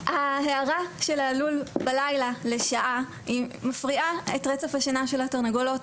ההארה של הלול בלילה לשעה מפריעה את רצף השינה של התרנגולות,